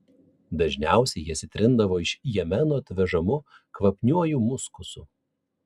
dažniausiai jas įtrindavo iš jemeno atvežamu kvapniuoju muskusu